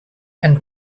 and